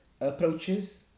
approaches